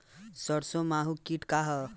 सरसो माहु किट का ह?